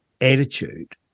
attitude